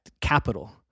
capital